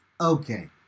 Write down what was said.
okay